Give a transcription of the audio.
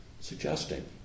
suggesting